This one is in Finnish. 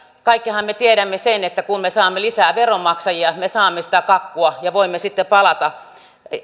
kaikkihan me tiedämme sen että kun me saamme lisää veronmaksajia me saamme sitä kakkua ja voimme sitten palata